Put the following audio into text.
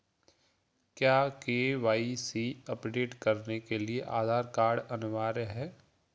क्या KYC update करने के लिए आधार कार्ड अनिवार्य है?